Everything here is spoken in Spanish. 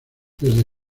desde